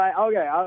okay